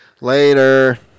Later